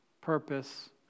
Purpose